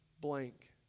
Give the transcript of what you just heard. blank